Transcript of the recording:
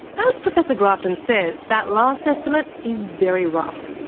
as professor grafton says, that last estimate is very rough.